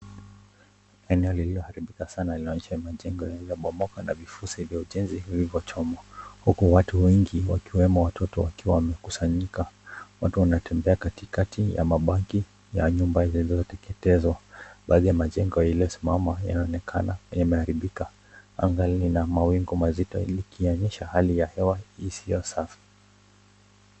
Eneo lililo haribika sana linaonyesha maji iliyobomoka na vifuzi vya ujenzi vilivyo vilivyochomwa, huku watu wengi ikiwemo watoto wakiwa wamekusanyika, watu wanatembea katikati ya mabaki ya nyumba iliyo teketezwa, baadhi ya majengo iliyosimama inaonekana imeharibika, anga lina mawingu mazito ikionyesha hali ya hewa isiyo safi.